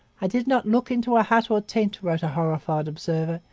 i did not look into a hut or a tent wrote a horrified observer,